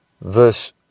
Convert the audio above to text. verse